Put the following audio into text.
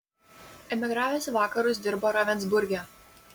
emigravęs į vakarus dirbo ravensburge